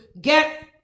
get